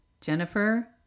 Jennifer